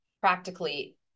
practically